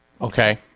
Okay